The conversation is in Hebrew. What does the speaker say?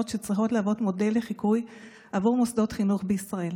שצריכות להוות מודל לחיקוי עבור מוסדות חינוך בישראל.